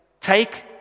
take